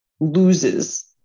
loses